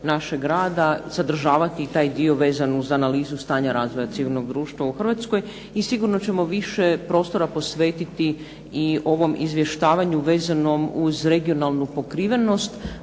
našeg rada, sadržavati i taj dio vezan uz analizu stanja razvoja civilnog društva u Hrvatskoj. I sigurno ćemo više prostor posvetiti i ovom izvještavanju vezanom uz regionalnu pokrivenost,